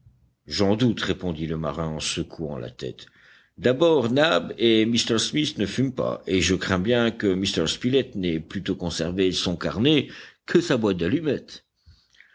j'en doute répondit le marin en secouant la tête d'abord nab et m smith ne fument pas et je crains bien que m spilett n'ait plutôt conservé son carnet que sa boîte d'allumettes